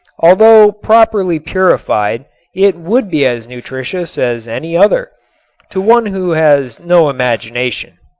although properly purified it would be as nutritious as any other to one who has no imagination.